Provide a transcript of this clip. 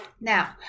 Now